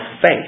faith